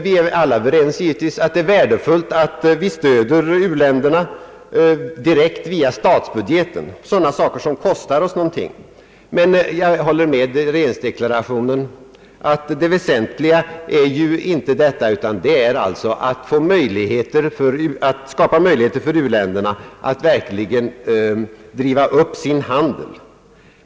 Vi är givetvis alla överens om att det är värdefullt att vi stöder u-länderna direkt via statsbudgeten. Jag instämmer dock i den i regeringsdeklarationen framförda uppfattningen, att detta inte är den väsentliga frågan. Det är i stället att skapa möjligheter för u-länderna att verkligen driva upp sin handel.